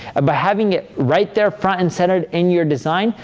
ah by having it right there, front and centered in your design,